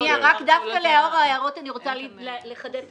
דווקא לאור ההערות אני רוצה לחדד שוב: